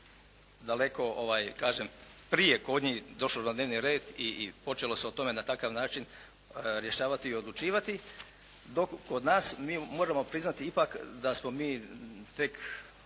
daleko kažem prije kod njih došlo na dnevni red i počelo se o tome na takav način rješavati i odlučivati, dok kod nas mi moramo priznati ipak da smo mi tek